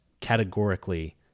categorically